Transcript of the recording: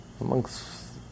Amongst